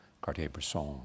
Cartier-Bresson